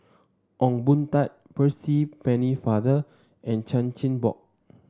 Ong Boon Tat Percy Pennefather and Chan Chin Bock